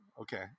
okay